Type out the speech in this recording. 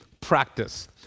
practice